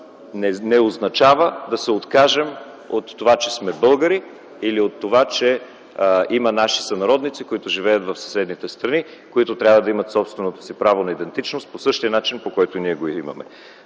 не означава да се откажем от това, че сме българи или от това, че има наши сънародници, които живеят в съседните страни, които трябва да имат собствено си право на идентичност по същия начин, по който ние го имаме.